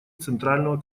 центрального